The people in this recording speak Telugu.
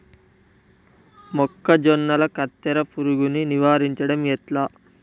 మొక్కజొన్నల కత్తెర పురుగుని నివారించడం ఎట్లా?